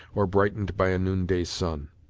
or brightened by a noonday sun.